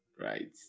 right